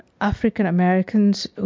African-Americans